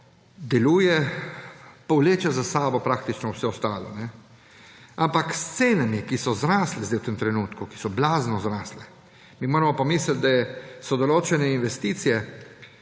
deluje, povleče za sabo vse ostalo. Ampak s cenami, ki so zrasle zdaj v tem trenutku, ki so blazno zrasle, mi moramo pomisliti, da so določene investicije